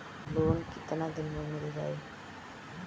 Loan कितना दिन में मिल जाई?